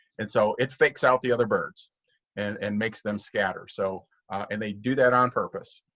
and so it fakes out the other birds and and makes them scatter. so and they do that on purpose.